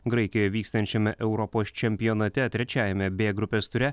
graikijoj vykstančiame europos čempionate trečiajame b grupės ture